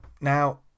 Now